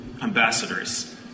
ambassadors